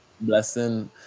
Blessing